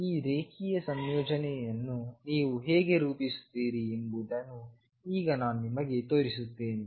ಈ ರೇಖೀಯ ಸಂಯೋಜನೆಯನ್ನು ನೀವು ಹೇಗೆ ರೂಪಿಸುತ್ತೀರಿ ಎಂಬುದನ್ನು ಈಗ ನಾನು ನಿಮಗೆ ತೋರಿಸುತ್ತೇನೆ